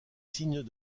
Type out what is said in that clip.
signes